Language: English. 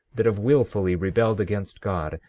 that have wilfully rebelled against god,